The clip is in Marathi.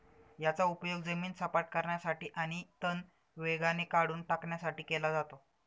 याचा उपयोग जमीन सपाट करण्यासाठी आणि तण वेगाने काढून टाकण्यासाठी केला जातो